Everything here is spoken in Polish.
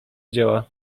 dzieła